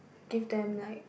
give them like